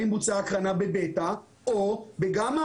האם בוצעה הקרנה בבטא או בגמא?